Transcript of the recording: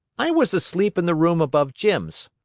i was asleep in the room above jim's.